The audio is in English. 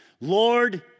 Lord